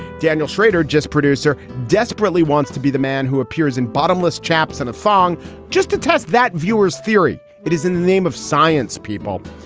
daniel schrader, just producer, desperately wants to be the man who appears in bottomless chaps and a thong just to test that viewer's theory. it is in the name of science people.